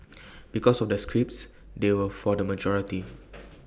because of the scripts they were for the majority